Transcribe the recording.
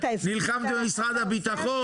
נלחמת מול משרד הביטחון,